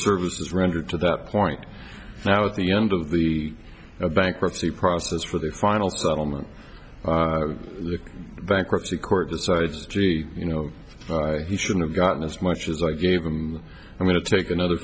services rendered to that point now at the end of the bankruptcy process for the final thought on the bankruptcy court decides gee you know he shouldn't have gotten as much as i gave him i'm going to take another